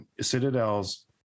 citadels